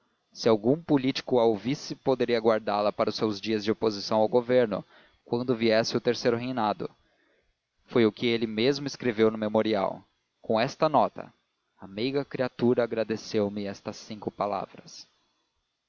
se algum político a ouvisse poderia guardá la para os seus dias de oposição ao governo quando viesse o terceiro reinado foi o que ele mesmo escreveu no memorial com esta nota a meiga criatura agradeceu me estas cinco palavras